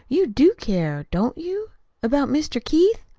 you do care, don't you about mr. keith?